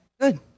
Good